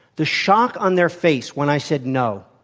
the shock on their face when i said, no,